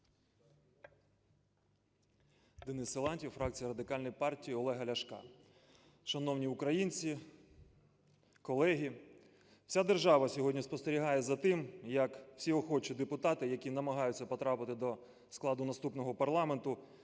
Денис Силантьєв, фракція Радикальної партії Олега Ляшка. Шановні українці, колеги! Вся держава сьогодні спостерігає за тим, як всі охочі депутати, які намагаються потрапити до складу наступного парламенту,